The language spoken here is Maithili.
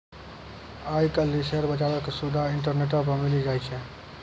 आइ काल्हि शेयर बजारो के सुविधा इंटरनेटो पे मिली जाय छै